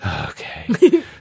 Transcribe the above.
Okay